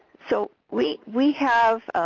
so we we have